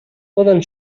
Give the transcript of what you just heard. poden